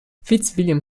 fitzwilliam